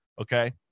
okay